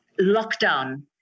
lockdown